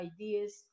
ideas